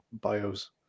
bios